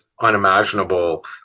unimaginable